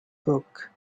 book